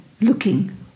looking